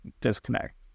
disconnect